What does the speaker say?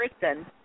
person